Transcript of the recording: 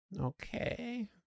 Okay